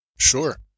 Sure